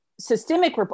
systemic